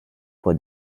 pour